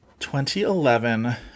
2011